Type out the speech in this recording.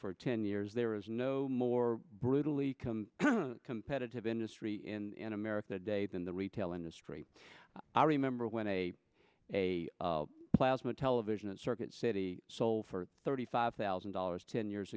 for ten years there is no more brutally competitive industry in america today than the retail industry i remember when a a plasma television at circuit city seoul for thirty five thousand dollars ten years